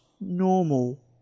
normal